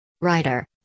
Writer